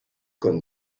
con